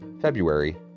February